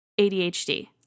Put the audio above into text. ADHD